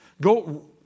Go